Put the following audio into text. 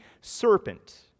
serpent